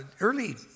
Early